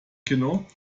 kino